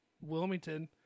Wilmington